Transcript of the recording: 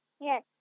Yes